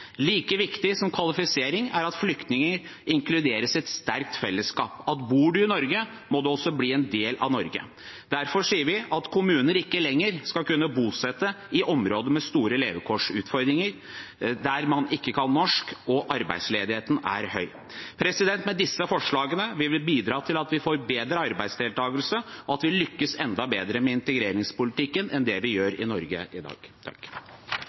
Like viktig som kvalifisering er det at flyktninger inkluderes i et sterkt fellesskap – at bor man i Norge, må man også bli en del av Norge. Derfor sier vi at kommuner ikke lenger skal kunne bosette flyktninger i områder med store levekårsutfordringer, der man ikke kan norsk og arbeidsledigheten er høy. Med disse forslagene vil vi bidra til at vi får bedre arbeidsdeltakelse, og at vi lykkes enda bedre med integreringspolitikken enn det vi gjør i Norge i dag.